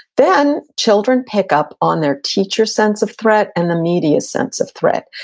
then, children pick up on their teacher's sense of threat and the media's sense of threat.